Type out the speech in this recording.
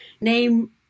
name